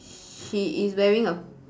she is wearing a